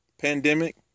pandemic